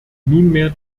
nunmehr